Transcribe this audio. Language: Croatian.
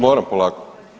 Moram polako.